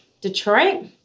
Detroit